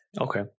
Okay